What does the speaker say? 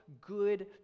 good